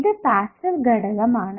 ഇത് പാസ്സീവ് ഘടകം ആണ്